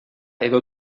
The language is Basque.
edo